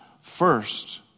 first